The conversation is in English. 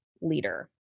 leader